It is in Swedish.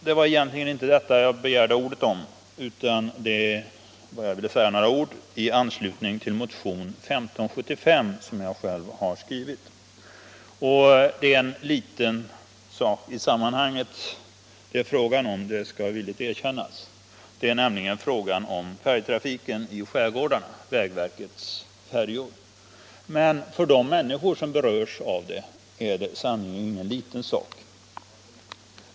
Det var egentligen inte detta jag begärde ordet för att framföra, utan jag ville något beröra motionen 1575, som jag själv har skrivit. Det skall villigt erkännas att det gäller en liten sak i sammanhanget, nämligen trafiken med vägverkets färjor i skärgårdarna. Men för de människor som berörs av detta är det sannerligen ingen liten sak.